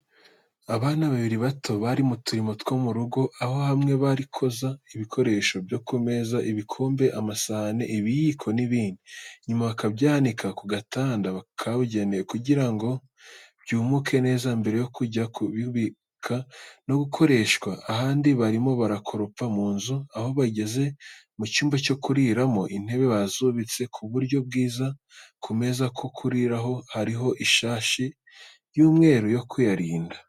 Abana babiri bato bari mu turimo two mu rugo, aho hamwe barikoza ibikoresho byo ku meza: ibikombe, amasahani, ibiyiko n'ibindi, nyuma bakabyanika ku gatanda kabugenewe kugira ngo byumuke neza mbere yo kujya kubikwa no gukoreshwa. Ahandi barimo barakoropa mu nzu, aho bageze mu cyumba cyo kuriramo, intebe bazubitse ku buryo bwiza ku meza yo kuriraho hariho ishashi y'umweru yo kuyarinda.